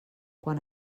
quan